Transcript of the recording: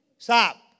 Stop